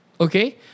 okay